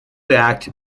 act